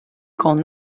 qu’on